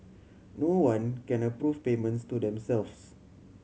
no one can approve payments to themselves